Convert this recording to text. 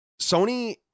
Sony